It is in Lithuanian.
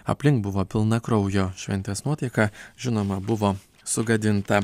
aplink buvo pilna kraujo šventės nuotaika žinoma buvo sugadinta